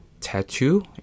tattoo